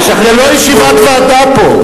זו לא ישיבת ועדה פה.